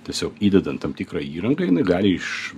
tiesiog įdedant tam tikrą įrangą jinai gali iš